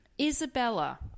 Isabella